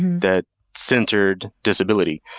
that centered disability.